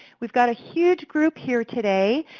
we've got a huge group here today,